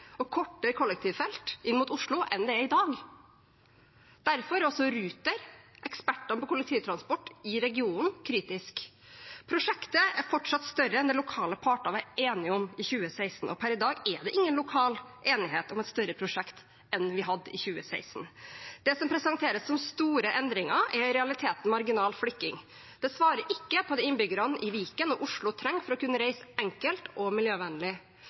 og kortere kollektivfelt inn mot Oslo enn det er i dag. Derfor er også Ruter, eksperten på kollektivtransport i regionen, kritisk. Prosjektet er fortsatt større enn de lokale partene var enige om i 2016, og per i dag er det ingen lokal enighet om et større prosjekt enn vi hadde i 2016. Det som presenteres som store endringer, er i realiteten marginal flikking. Det svarer ikke på det innbyggerne i Viken og Oslo trenger for å kunne reise enkelt og miljøvennlig.